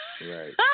Right